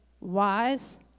wise